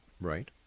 right